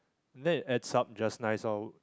then it adds up just nice all